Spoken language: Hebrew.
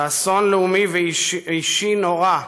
ואסון לאומי ואישי נורא,